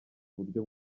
buryo